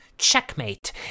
checkmate